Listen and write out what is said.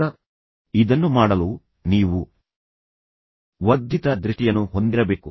ಈಗ ಇದನ್ನು ಮಾಡಲು ನೀವು ವರ್ಧಿತ ದೃಷ್ಟಿಯನ್ನು ಹೊಂದಿರಬೇಕು